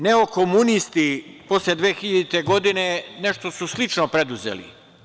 Neokomunisti posle 2000. godine nešto su slično preduzeli.